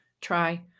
try